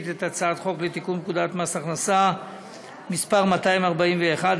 את הצעת חוק לתיקון פקודת מס הכנסה (מס' 241),